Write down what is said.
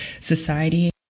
society